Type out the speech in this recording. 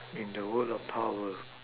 in the world of power